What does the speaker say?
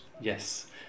Yes